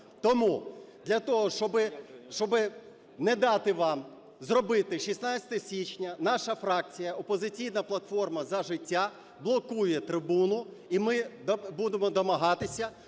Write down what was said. того, щоби не дати вам зробити "16 січня", наша фракція "Опозиційна платформа - За життя" блокує трибуну. І ми будемо домагатися